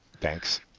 Thanks